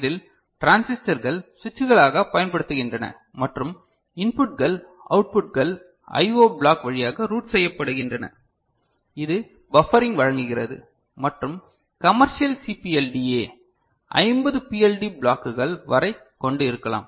இதில் டிரான்சிஸ்டர்கள் சுவிட்சுகளாகப் பயன்படுத்தப்படுகின்றன மற்றும் இன்புட்கள் அவுட்புட்கள் ஐஓ பிளாக் வழியாக ரூட் செய்யப்படுகின்றன இது பஃப்பரிங் வழங்குகிறது மற்றும் கமர்ஷியல் சிபிஎல்டிஏ 50 பிஎல்டி ப்லோக்குகள் வரை கொண்டு இருக்கலாம்